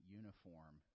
uniform